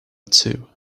too